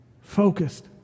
focused